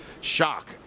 shock